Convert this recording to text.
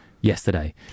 yesterday